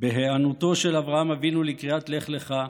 בהיענותו של אברהם אבינו לקריאה "לך לך"